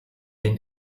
den